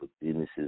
businesses